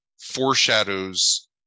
foreshadows